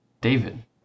david